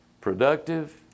productive